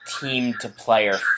team-to-player